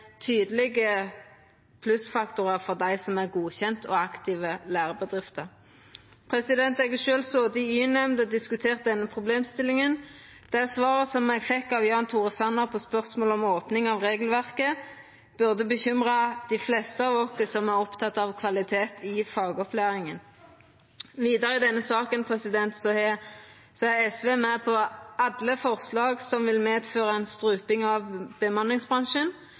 tydelege plussfaktorar for dei som er godkjende og aktive lærebedrifter. Eg har sjølv sete i y-nemnd og diskutert denne problemstillinga. Det svaret eg fekk frå Jan Tore Sanner på spørsmål om opning av regelverket, burde bekymra dei fleste av oss som er opptekne av kvalitet i fagopplæringa. Vidare i denne saka er SV med på alle forslag som vil medføra ei struping av bemanningsbransjen.